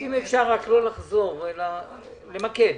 אם אפשר לא לחזור אלא למקד.